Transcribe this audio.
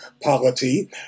polity